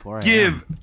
give